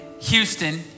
Houston